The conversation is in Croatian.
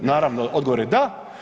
Naravno odgovor je da.